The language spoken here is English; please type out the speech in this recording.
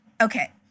Okay